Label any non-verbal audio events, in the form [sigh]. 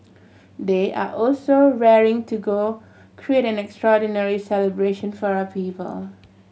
[noise] they are also raring to go create an extraordinary celebration for our people